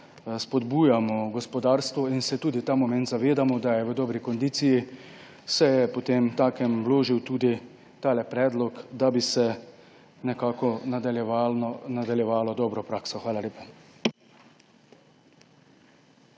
spodbujamo gospodarstvo in se tudi ta moment zavedamo, da je v dobri kondiciji, se je potemtakem vložil tudi tale predlog, da bi se nadaljevalo dobro prakso. Hvala lepa.